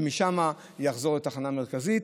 ומשם יחזור לתחנה המרכזית.